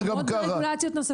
לא, זה לעמוד ברגולציות נוספות.